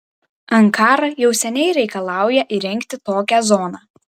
ankara jau seniai reikalauja įrengti tokią zoną